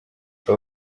aba